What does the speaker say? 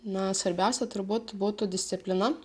na svarbiausia turbūt būtų disciplina